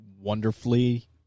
wonderfully